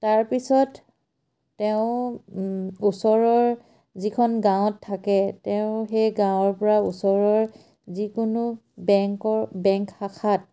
তাৰপিছত তেওঁ ওচৰৰ যিখন গাঁৱত থাকে তেওঁ সেই গাঁৱৰপৰা ওচৰৰ যিকোনো বেংকৰ বেংক শাখাত